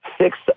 six